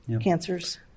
cancers